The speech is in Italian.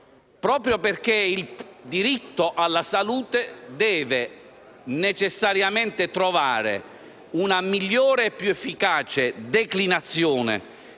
proprio perché il diritto alla salute deve necessariamente trovare una migliore e più efficace declinazione